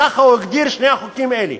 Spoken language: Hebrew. ככה הוא הגדיר את שני החוקים האלה,